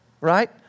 right